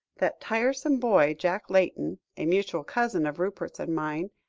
that tiresome boy, jack layton, a mutual cousin of rupert's and mine,